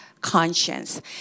conscience